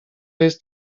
jest